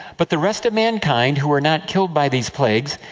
but the rest of mankind, who were not killed by these plagues,